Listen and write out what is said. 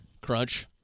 Crunch